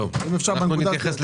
אני מבקש מחברי